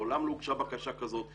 מעולם לא הוגשה בקשה כזאת,